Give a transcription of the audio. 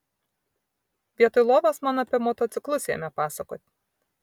vietoj lovos man apie motociklus ėmė pasakot